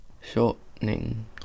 shortening